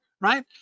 right